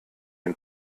den